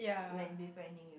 when befriending